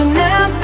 now